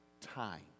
time